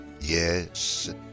Yes